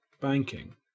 banking